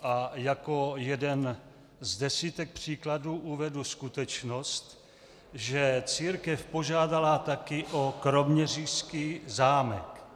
A jako jeden z desítek příkladů uvedu skutečnost, že církev požádala také o kroměřížský zámek.